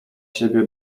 siebie